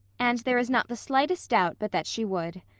and there is not the slightest doubt but that she would.